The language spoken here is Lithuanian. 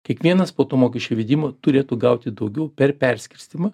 kiekvienas po to mokesčio įvedimo turėtų gauti daugiau per perskirstymą